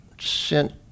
sent